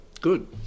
good